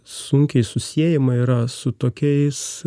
sunkiai susiejama yra su tokiais